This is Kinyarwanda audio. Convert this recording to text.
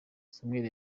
samuel